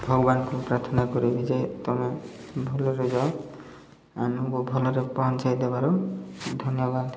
ଭଗବାନଙ୍କୁ ପ୍ରାର୍ଥନା କରିବି ଯେ ତମେ ଭଲରେ ରହିଯାଅ ଆମଙ୍କୁ ଭଲରେ ପହଞ୍ଚାଇ ଦେବାରୁ ଧନ୍ୟବାଦ